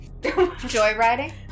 Joyriding